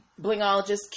Blingologist